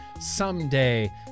someday